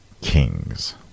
kings